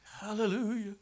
Hallelujah